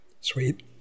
Sweet